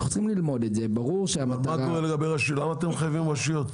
אנחנו צריכים ללמוד את זה --- למה אתם מחייבים רשויות?